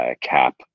cap